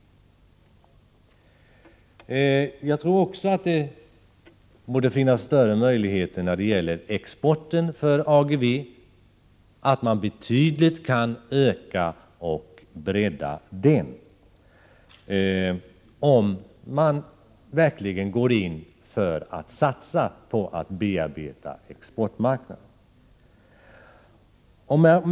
Jag tror också att det finns större möjligheter för AGEVE när det gäller exporten. Man borde betydligt kunna öka och bredda denna, om man verkligen gick in för att satsa på att bearbeta exportmarknaden.